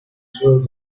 through